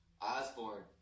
Osborne